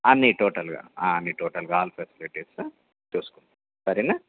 అన్నీ టోటల్గా అన్నీ టోటల్గా అల్ ఫెసిలిటీసు చూస్కోండి సరేనా